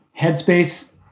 headspace